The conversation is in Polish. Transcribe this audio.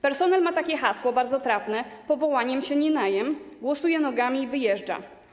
Personel ma takie hasło, bardzo trafne: powołaniem się nie najem, głosuje nogami i wyjeżdża.